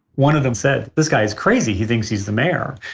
one of them said this guy is crazy. he thinks he's the mayor.